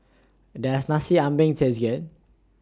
Does Nasi Ambeng Taste Good